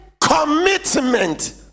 commitment